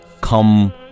come